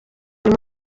buri